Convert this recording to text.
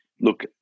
look